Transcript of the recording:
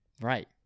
Right